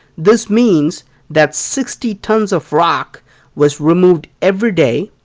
this means that sixty tons of rock was removed every day,